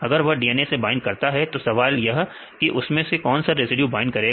अगर वह DNA से बाइंड करता है तो सवाल यह कि उस में से कौन सा रेसिड्यू बाइंड करेगा